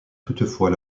toutefois